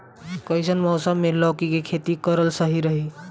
कइसन मौसम मे लौकी के खेती करल सही रही?